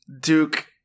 Duke